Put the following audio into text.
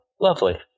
lovely